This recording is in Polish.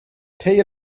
tej